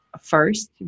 first